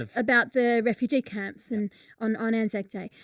ah about the refugee camps and on, on anzac day.